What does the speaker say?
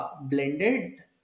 blended